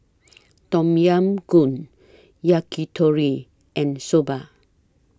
Tom Yam Goong Yakitori and Soba